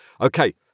okay